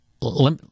let